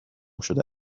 شده